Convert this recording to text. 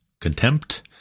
contempt